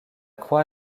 croix